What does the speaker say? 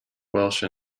welsh